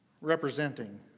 representing